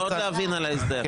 לא, להבין עוד על ההסדר.